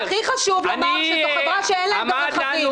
הכי חשוב לומר שזו חברה שלרובה אין רכבים.